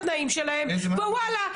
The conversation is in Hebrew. בוודאי.